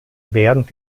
während